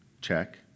Check